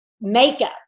Makeup